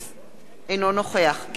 אינו נוכח גלעד ארדן,